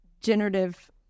generative